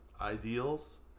ideals